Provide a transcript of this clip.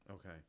Okay